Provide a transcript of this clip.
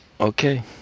Okay